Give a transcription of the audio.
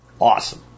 Awesome